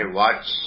watch